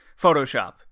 Photoshop